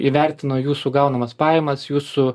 įvertino jūsų gaunamas pajamas jūsų